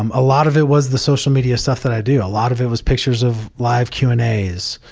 um a lot of it was the social media stuff that i do. a lot of it was pictures of live q and a's,